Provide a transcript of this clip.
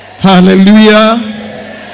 Hallelujah